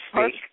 speak